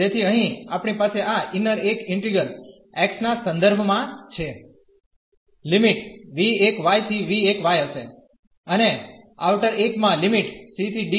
તેથી અહીં આપણી પાસે આ ઇન્નર એક ઇન્ટીગ્રલ x ના સંદર્ભ માં છે લિમિટ v1 થી v1 હશે અને આઉટર એક માં લિમિટ c ¿ d